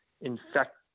infect